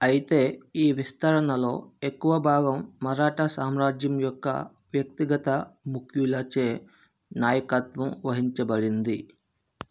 అయితే ఈ విస్తరణలో ఎక్కువ భాగం మరాఠా సామ్రాజ్యం యొక్క వ్యక్తిగత ముఖ్యులచే నాయకత్వం వహించబడింది